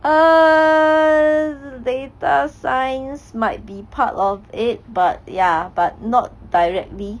err data science might be part of it but ya but not directly